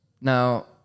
Now